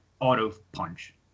auto-punch